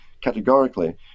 categorically